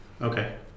Okay